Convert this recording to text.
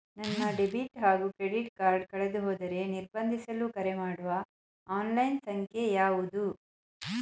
ನನ್ನ ಡೆಬಿಟ್ ಹಾಗೂ credit card ಕಳೆದುಹೋದರೆ ನಿರ್ಬಂಧಿಸಲು ಕರೆಮಾಡುವ ಆನ್ಲೈನ್ ಸಂಖ್ಯೆಯಾವುದು?